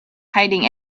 hiding